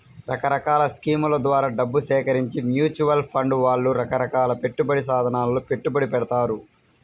రకరకాల స్కీముల ద్వారా డబ్బు సేకరించి మ్యూచువల్ ఫండ్ వాళ్ళు రకరకాల పెట్టుబడి సాధనాలలో పెట్టుబడి పెడతారు